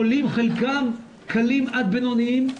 חולים חלקם קלים עד בינוניים,